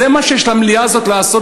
זה מה שיש למליאה הזאת לעשות?